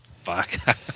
fuck